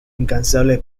incansable